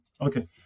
Okay